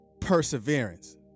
perseverance